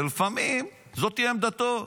ולפעמים זו תהיה עמדתו,